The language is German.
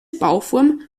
bauform